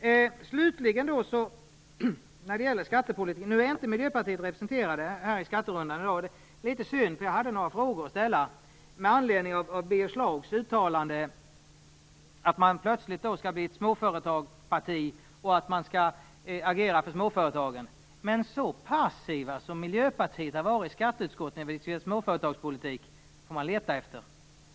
Slutligen: Miljöpartiet har ingen representant i dagens skatterunda. Det är synd, för jag har några frågor som jag skulle vilja ställa med anledning av Birger Schlaugs uttalande om att Miljöpartiet plötsligt skall bli ett småföretagarparti, om att man skall agera för småföretagen. Men några andra som är så passiva som miljöpartisterna varit i skatteutskottet när vi har diskuterat småföretagspolitik får man leta efter.